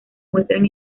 muestran